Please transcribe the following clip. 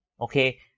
Okay